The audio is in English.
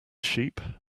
sheep